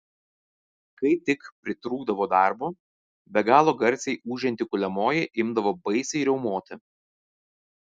kai tik pritrūkdavo darbo be galo garsiai ūžianti kuliamoji imdavo baisiai riaumoti